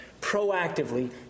proactively